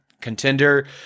contender